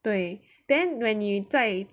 对 then when you 在